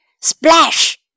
Splash